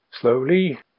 Slowly